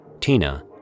Tina